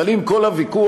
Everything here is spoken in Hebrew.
אבל אם כל הוויכוח,